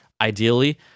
ideally